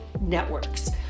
networks